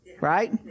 right